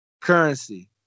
currency